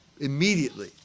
immediately